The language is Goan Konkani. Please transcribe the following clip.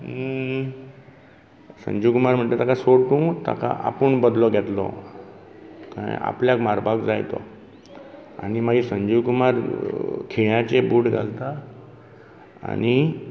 संजीव कुमार म्हणटा ताका सोड तूं ताका आपूण बदलो घेतलो आपल्याक मारपाक जाय तो आनी मागीर संजीव कुमार खिळ्यांचे बूट घालतां आनी